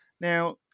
Now